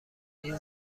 این